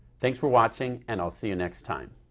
thanks for watching, and i'll see you next time.